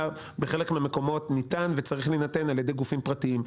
בחלק מהמקומות ביטוח אבטלה על ידי גופים פרטיים.